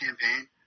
campaign